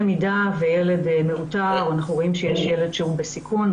במידה וילד מאותר כילד בסיכון,